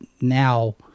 now